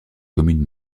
communes